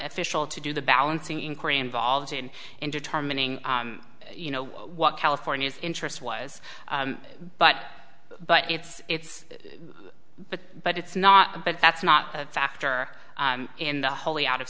official to do the balancing inquiry involved in in determining you know what california's interest was but but it's but but it's not but that's not a factor in the wholly out of